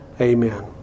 Amen